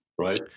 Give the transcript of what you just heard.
right